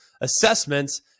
assessments